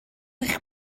eich